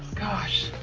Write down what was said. gosh,